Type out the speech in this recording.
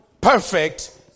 Perfect